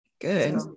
Good